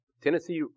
Tennessee